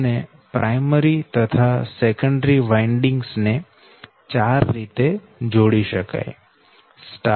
અને પ્રાયમરી તથા secondary windings ને 4 રીતે જોડી શકાય